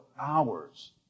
hours